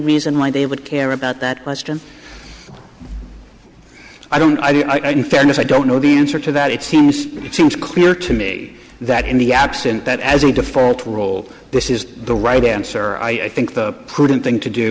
reason why they would care about that question i don't i don't fairness i don't know the answer to that it seems it seems clear to me that in the absent that as a default role this is the right answer i think the prudent thing to do